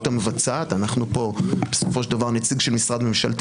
המבצעת אנחנו פה בסופו של דבר נציגים של משרד ממשלתי